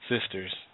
sisters